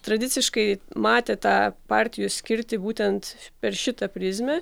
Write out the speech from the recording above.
tradiciškai matė tą partijų skirtį būtent per šitą prizmę